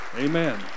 Amen